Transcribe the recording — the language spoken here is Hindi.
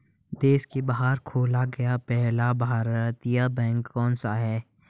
देश के बाहर खोला गया पहला भारतीय बैंक कौन सा था?